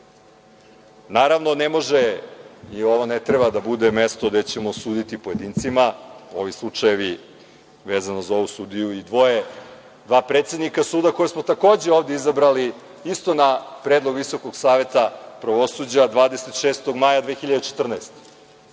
sudovima. Naravno, ne može i ovo ne treba da bude mesto gde ćemo suditi pojedincima. Ovi slučajevi vezano za ovog sudiju i dva predsednika suda koja smo takođe ovde izabrali isto na predlog Visokog saveta pravosuđa 26. maja 2014.